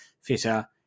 fitter